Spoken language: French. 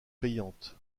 payante